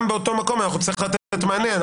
גם באותו מקום אנחנו נצטרך לתת מענה.